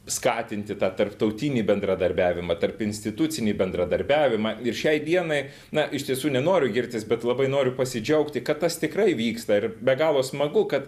skatinti tą tarptautinį bendradarbiavimą tarpinstitucinį bendradarbiavimą ir šiai dienai na iš tiesų nenoriu girtis bet labai noriu pasidžiaugti kad tas tikrai vyksta ir be galo smagu kad